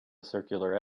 circular